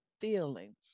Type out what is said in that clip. feeling